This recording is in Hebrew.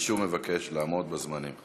אני שוב מבקש לעמוד בזמנים.